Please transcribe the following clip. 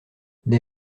des